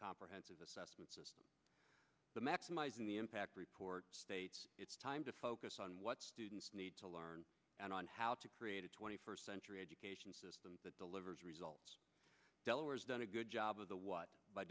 comprehensive assessment maximizing the impact report states it's time to focus on what students need to learn and on how to create a twenty first century education system that delivers results delaware's done a good job of the what by